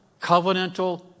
covenantal